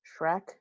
Shrek